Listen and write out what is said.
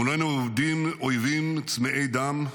מולנו עומדים אויבים צמאי דם,